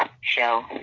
show